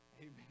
Amen